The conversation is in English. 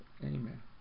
amen